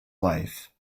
life